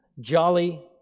jolly